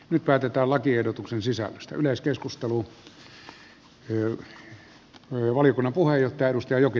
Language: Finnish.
nyt päätetään lakiehdotuksen sisällöstä